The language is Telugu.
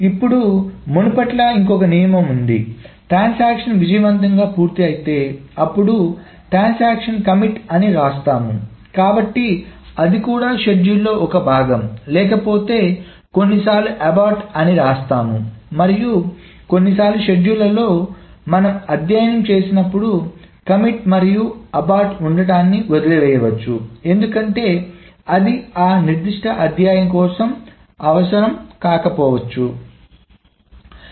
ఇప్పుడు మునుపటిలా ఇంకో నియమం ఉంది ట్రాన్సాక్షన్ విజయవంతంగా పూర్తయితే అప్పుడు ట్రాన్సాక్షన్ కమిట్ అని రాస్తాము కాబట్టి అది కూడా షెడ్యూల్లో ఒక భాగం లేకపోతే కొన్నిసార్లు అబార్టు అని రాస్తాము మరియు కొన్నిసార్లు షెడ్యూల్లలో మనము అధ్యయనం చేసినప్పుడు కమిట్ మరియు అబార్టు ఉండటాన్ని వదిలివేయవచ్చు ఎందుకంటే అది ఆ నిర్దిష్ట అధ్యయనం కోసం అవసరం కాకపోవచ్చు